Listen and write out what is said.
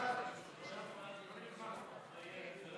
בעד, 62, נגד,